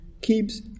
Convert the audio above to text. keeps